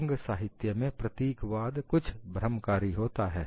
भंग साहित्य में प्रतीकवाद कुछ भ्रमकारी होता है